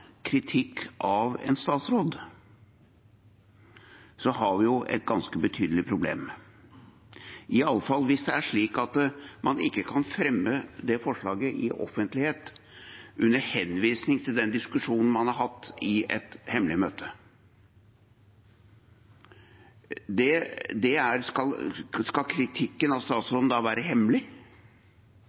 kritikk av en statsråd, har vi et ganske betydelig problem, i alle fall hvis det er slik at man ikke kan fremme det forslaget i offentlighet, under henvisning til den diskusjonen man har hatt i et hemmelig møte. Skal kritikken av statsråden da være hemmelig?